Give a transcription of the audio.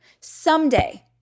Someday